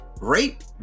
rape